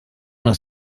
das